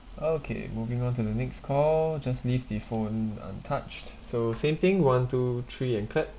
okay moving on to the next call just leave the phone untouched so same thing one two three and clap